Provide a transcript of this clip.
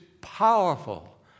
powerful